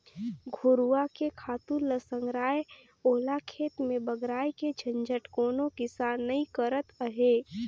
घुरूवा के खातू ल संघराय ओला खेत में बगराय के झंझट कोनो किसान नइ करत अंहे